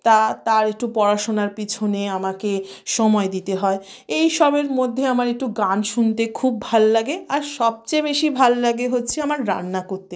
তা তার একটু পড়াশোনার পিছনে আমাকে সময় দিতে হয় এই সবের মধ্যে আমার একটু গান শুনতে খুব ভাল লাগে আর সবচেয়ে বেশি ভাল লাগে হচ্ছে আমার রান্না করতে